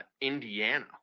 Indiana